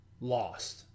lost